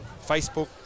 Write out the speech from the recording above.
Facebook